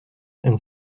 and